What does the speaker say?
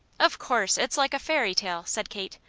of course! it's like a fairy tale, said kate.